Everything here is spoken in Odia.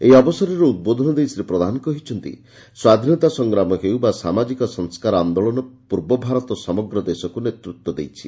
ଏହି ଅବସରରେ ଉଦବୋଧନ ଦେଇ ଶ୍ରୀ ପ୍ରଧାନ କହିଛନ୍ତି ସ୍ୱାଧୀନତା ସଂଗ୍ରାମ ହେଉ ବା ସାମାଜିକ ସଂସ୍କାର ଆନ୍ଦୋଳନ ପୂର୍ବ ଭାରତ ସମଗ୍ର ଦେଶକୁ ନେତୃତ୍ ଦେଇଛି